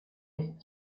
ist